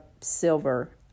silver